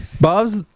bob's